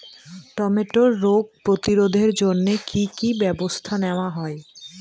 টমেটোর রোগ প্রতিরোধে জন্য কি কী ব্যবস্থা নেওয়া হয়?